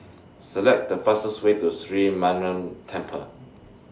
Select The fastest Way to Sri Mariamman Temple